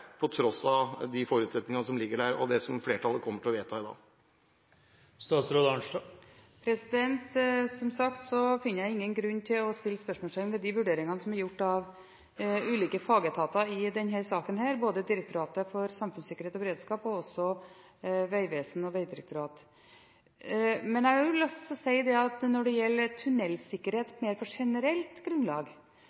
på tross av de forutsetninger som ligger der, og det som flertallet kommer til å vedta i dag. Som sagt finner jeg ingen grunn til å sette spørsmålstegn ved de vurderingene som er gjort av ulike fagetater i denne saken – både av Direktoratet for samfunnssikkerhet og beredskap, Vegvesenet og Vegdirektoratet. Men jeg har lyst å si at når det gjelder